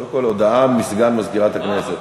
קודם כול הודעה מסגן מזכירת הכנסת.